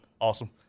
Awesome